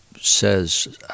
says